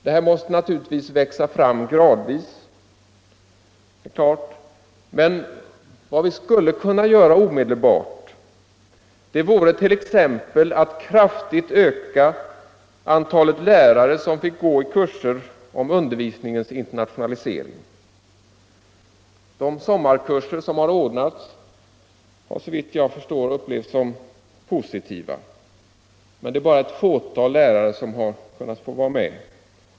Det här måste naturligtvis växa fram gradvis, men vad vi skulle kunna göra omedelbart vore t.ex. att kraftigt öka antalet lärare som fick gå på kurser om undervisningens internationalisering. De sommarkurser som har ordnats har såvitt jag förstår upplevts som positiva, men det är bara ett fåtal lärare som har kunnat få vara med.